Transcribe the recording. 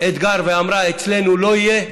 אתגר ואמרה: אצלנו לא יהיה,